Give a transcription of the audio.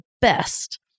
best